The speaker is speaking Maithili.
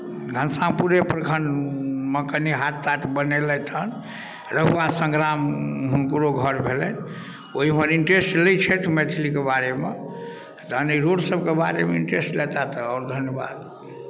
घनश्यामपुरे प्रखंडमे कनि हाट ताट बनैलथि हेँ रहुआ संग्राम हुनकरो घर भेलनि ओ एहिमे इंटरेस्ट लैत छथि मैथिलीके बारेमे तखन ई रोडसभके बारेमे इंटरेस्ट लेताह तऽ आओर धन्यवाद